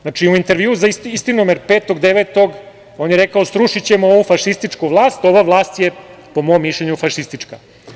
Znači, u intervjuu za „Istinomer“ 5. septembra, on je rekao – srušićemo ovu fašističku vlast, ova vlast je po mom mišljenju fašistička.